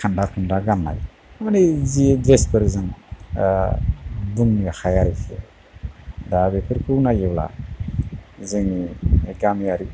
खान्दा खुनदा गाननाय मानि जे द्रेसफोर जों बुंनो हाया आरोखि दा बेफोरखौ नायोब्ला जोंनि गामियारि